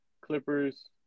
Clippers